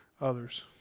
others